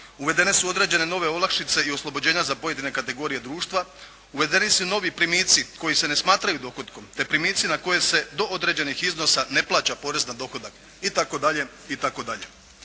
Uvedene su određene nove olakšice i oslobođenja za pojedine kategorije društva, uvedeni su novi primici koji se ne smatraju dohotkom, te primici na koje se do određenih iznosa ne plaća porez na dohodak itd., itd.